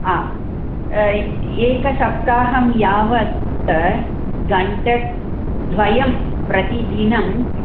हा एकसप्ताहं यावत् गण्टध्वयं प्रतिदिनम्